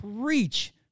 preach